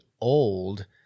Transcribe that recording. old